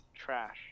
trash